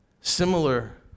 similar